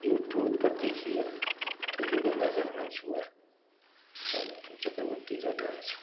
YouTube पर देखिए गोविंदा का डांस हुआ या मिथुन चक्रवर्ती का डांस हुआ